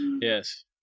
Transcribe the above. yes